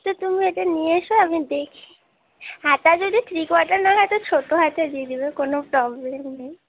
তা তুমি ওইটা নিয়ে এসো আমি দেখি হাতা যদি থ্রি কোয়ার্টার না হয় তো ছোটো হাতা দিয়ে দিবে কোনো প্রবলেম নেই